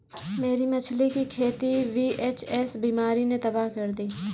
मेरी मछली की खेती वी.एच.एस बीमारी ने तबाह कर दी